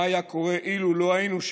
מה היה קורה אילו לא היינו שם?